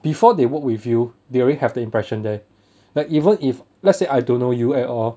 before they work with you they already have the impression there like even if let's say I don't know you at all